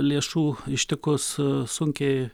lėšų ištikus sunkiai